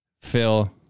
Phil